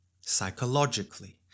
psychologically